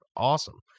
awesome